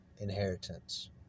inheritance